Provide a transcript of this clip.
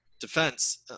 defense